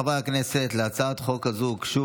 חברי הכנסת, להצעת החוק הזו הוגשו